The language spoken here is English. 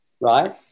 right